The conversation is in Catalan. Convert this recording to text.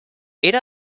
era